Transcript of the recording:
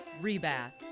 Rebath